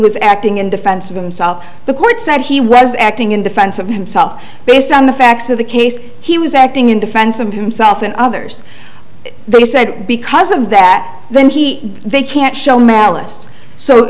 was acting in defense of himself the court said he was acting in defense of himself based on the facts of the case he was acting in defense of himself and others they said because of that then he they can't show malice so